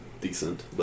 decent